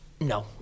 no